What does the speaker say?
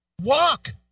Walk